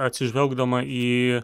atsižvelgdama į